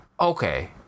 Okay